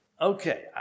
Okay